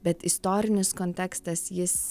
bet istorinis kontekstas jis